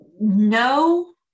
No